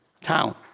town